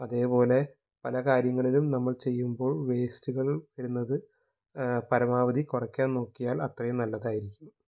അതേപോലെ പല കാര്യങ്ങളിലും നമ്മള് ചെയ്യുമ്പോള് വേസ്റ്റുകള് ഇടുന്നത് പരമാവധി കുറയ്ക്കാന് നോക്കിയാല് അത്രയും നല്ലതായിരിക്കും